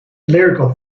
lyrical